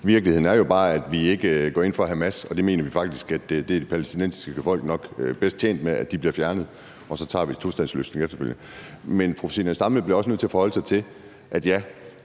Virkeligheden er jo bare, at vi ikke går ind for Hamas, og det mener vi faktisk den palæstinensiske befolkning nok er bedst tjent med, altså at de bliver fjernet, og så tager vi en tostatsløsning efterfølgende. Men fru Zenia Stampe bliver også nødt til at forholde sig til, at vi